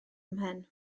mhen